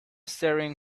staring